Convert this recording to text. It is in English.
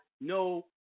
no